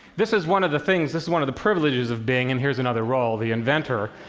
this is one of the things, this is one of the privileges of being, and here's another role, the inventor,